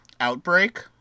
Outbreak